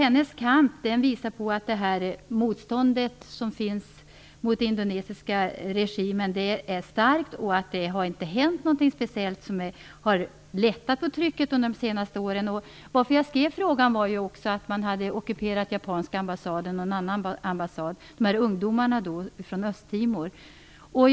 Hennes kamp visar att det motstånd som finns mot den indonesiska regimen är starkt och att det under se senaste åren inte har hänt något speciellt som har lättat på trycket. En orsak till att jag skrev frågan var att ungdomar från Östtimor hade ockuperat japanska ambassaden och någon annan ambassad.